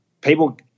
people